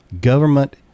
government